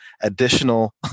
additional